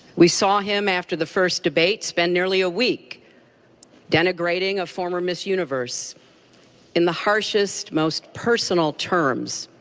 we saw him after the first debate, spend nearly a week denigrating a former miss universe in the harshest, most personal terms.